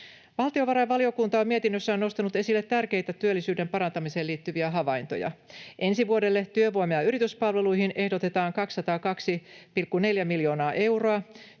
Valtiovarainvaliokunta on mietinnössään nostanut esille tärkeitä työllisyyden parantamiseen liittyviä havaintoja. Ensi vuodelle työvoima‑ ja yrityspalveluihin ehdotetaan 202,4 miljoonaa euroa,